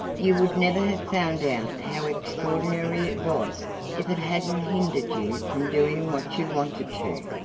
you would never have found out how extraordinary it was if it hadn't hindered you from doing what you wanted to.